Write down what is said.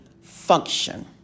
function